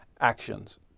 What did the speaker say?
actions